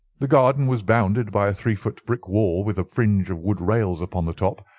the garden was bounded by a three-foot brick wall with a fringe of wood rails upon the top,